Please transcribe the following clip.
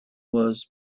was